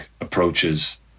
approaches